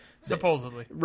supposedly